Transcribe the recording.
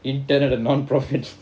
intern at a non-profit